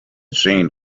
seen